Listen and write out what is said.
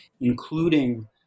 including